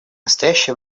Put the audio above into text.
настоящее